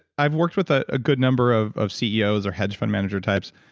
i've worked with a good number of of ceos or hedge fund manager types.